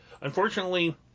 unfortunately